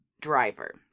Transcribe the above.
driver